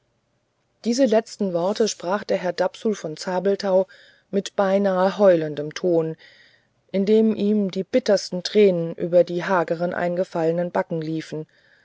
diese letzten worte sprach der herr dapsul von zabelthau mit beinahe heulendem ton indem ihm die bittersten tränen über die hagern eingefallenen backen liefen